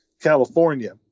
California